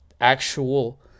actual